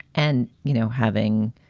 and, you know, having.